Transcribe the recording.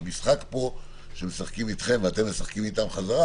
המשחק פה שמשחקים אתכם ואתם משחקים איתם בחזרה